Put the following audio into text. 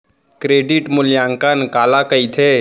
Credit मूल्यांकन काला कहिथे?